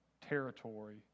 territory